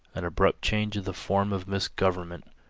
an abrupt change in the form of misgovernment.